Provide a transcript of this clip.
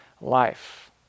life